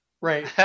right